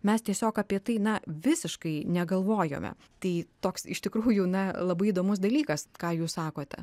mes tiesiog apie tai na visiškai negalvojome tai toks iš tikrųjų na labai įdomus dalykas ką jūs sakote